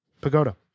Pagoda